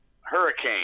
hurricane